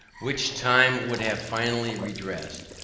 which time would have finally redressed,